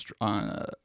on